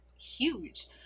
huge